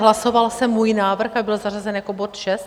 Hlasoval se můj návrh a byl zařazen jako bod 6?